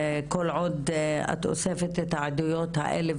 כל עוד את אוספת את העדויות האלה,